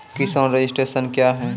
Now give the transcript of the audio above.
किसान रजिस्ट्रेशन क्या हैं?